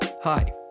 Hi